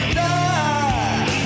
die